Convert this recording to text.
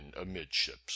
amidships